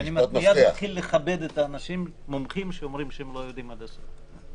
אני מיד מתחיל לכבד את המומחים שאומרים שהם לא יודעים עד הסוף.